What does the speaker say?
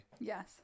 Yes